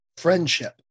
friendship